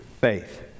faith